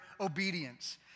obedience